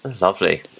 lovely